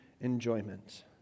enjoyment